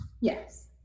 Yes